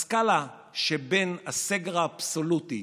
בסקאלה שבין הסגר האבסולוטי,